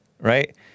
right